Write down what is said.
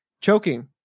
choking